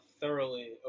thoroughly